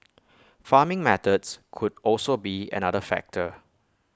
farming methods could also be another factor